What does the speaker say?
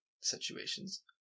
situations